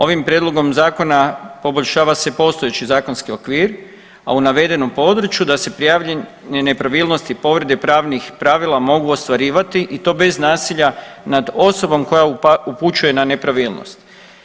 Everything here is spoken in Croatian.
Ovim prijedlogom zakona poboljšava se postojeći zakonski okvir, a u navedenom području da se prijavljenje nepravilnosti i povrede pravnih pravila mogu ostvarivati i to bez nasilja nad osobom koja upućuje na nepravilnosti.